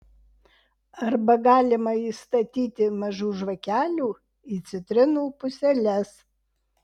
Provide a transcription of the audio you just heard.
arba galima įstatyti mažų žvakelių į citrinų puseles